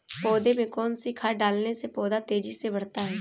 पौधे में कौन सी खाद डालने से पौधा तेजी से बढ़ता है?